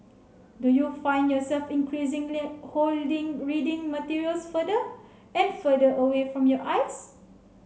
do you find yourself increasingly holding reading materials further and further away from your eyes